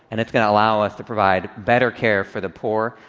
and it's going to allow us to provide better care for the poor.